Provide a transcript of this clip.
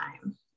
time